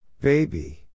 Baby